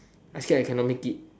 I scared I can't make it